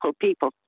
people